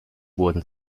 wurden